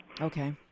Okay